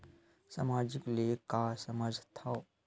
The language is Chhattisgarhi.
सामाजिक ले का समझ थाव?